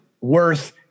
worth